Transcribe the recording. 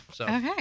Okay